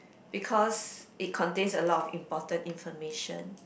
because it contains a lot of important information